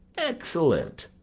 excellent,